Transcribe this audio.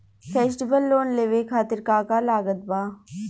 Festival loan लेवे खातिर का का लागत बा?